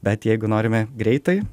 bet jeigu norime greitai